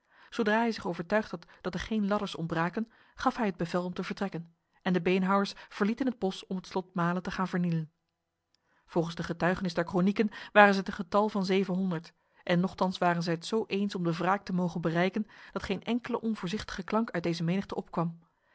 zodra hij zich overtuigd had dat er geen ladders ontbraken gaf hij het bevel om te vertrekken en de beenhouwers verlieten het bos om het slot male te gaan vernielen volgens de getuigenis der kronieken waren zij ten getal van zevenhonderd en nochtans waren zij het zo eens om de wraak te mogen bereiken dat geen enkele onvoorzichtige klank uit deze menigte op